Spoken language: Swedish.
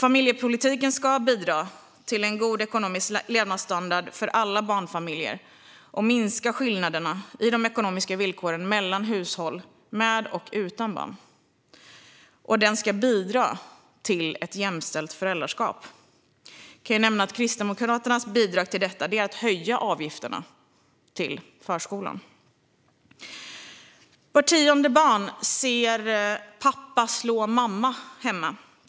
Familjepolitiken ska bidra till en god ekonomisk levnadsstandard för alla barnfamiljer och minska skillnaderna i de ekonomiska villkoren mellan hushåll med och utan barn. Den ska bidra till ett jämställt föräldraskap. Låt mig nämna att Kristdemokraternas bidrag till detta är att höja avgifterna till förskolan. Vart tionde barn ser pappa slå mamma hemma.